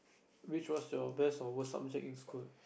which was your best or worst subject in school